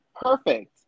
Perfect